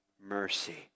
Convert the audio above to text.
mercy